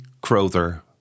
Crowther